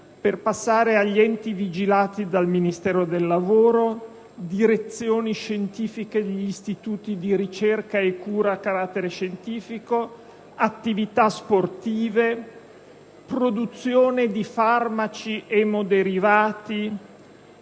per passare agli enti vigilati dal Ministero del lavoro, alle direzioni scientifiche degli istituti di ricovero e cura a carattere scientifico, alle attività sportive, alla produzione di farmaci emoderivati,